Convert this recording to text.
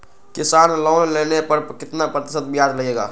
किसान लोन लेने पर कितना प्रतिशत ब्याज लगेगा?